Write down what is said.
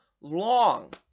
long